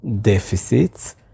deficits